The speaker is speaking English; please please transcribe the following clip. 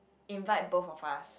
invite both of us